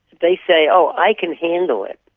they say, oh, i can handle it.